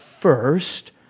first